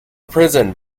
prison